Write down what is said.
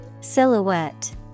Silhouette